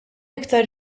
iktar